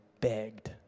begged